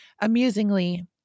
amusingly